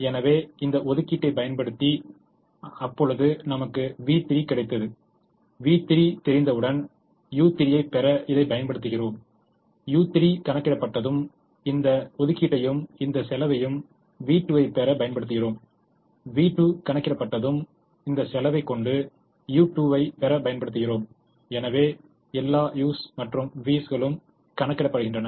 எனவே இந்த ஒதுக்கீட்டைப் பயன்படுத்து பொழுது நமக்கு v3 கிடைத்தது v3 தெரிந்தவுடன் u3 ஐப் பெற இதைப் பயன்படுத்துகிறோம் u3 கணக்கிடப்பட்டதும் இந்த ஒதுக்கீட்டையும் இந்த செலவையும் v2 ஐப் பெற பயன்படுத்துகிறோம் v2 கணக்கிடப்பட்டதும் இந்த செலவை கொண்டு u2 வை பெற பயன்படுத்துகிறோம் எனவே எல்லா u's மற்றும் v's களும் கணக்கிடப்படுகின்றன